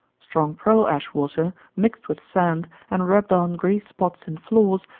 strong pearl-ash water, mixed with sand, and rubbed on grease spots in floors,